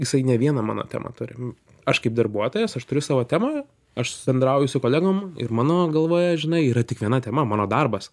jisai ne vieną mano temą turi aš kaip darbuotojas aš turiu savo temą aš bendrauju su kolegom ir mano galvoje žinai yra tik viena tema mano darbas